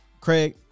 Craig